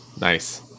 Nice